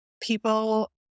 people